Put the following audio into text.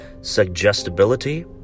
suggestibility